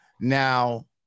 Now